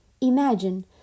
Imagine